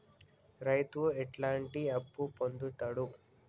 రైతు ఎట్లాంటి అప్పు పొందుతడు?